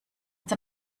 der